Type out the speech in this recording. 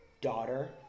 daughter